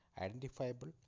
identifiable